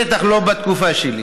בטח לא בתקופה שלי,